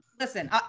Listen